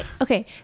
Okay